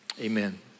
amen